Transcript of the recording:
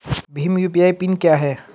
Bhim UPI PIN क्या है?